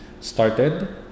started